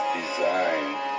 designed